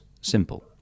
simple